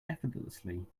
effortlessly